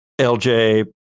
LJ